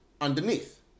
underneath